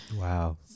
wow